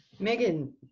Megan